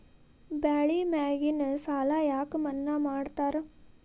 ಬೆಳಿ ಮ್ಯಾಗಿನ ಸಾಲ ಯಾಕ ಮನ್ನಾ ಮಾಡ್ತಾರ?